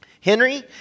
Henry